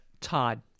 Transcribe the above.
Todd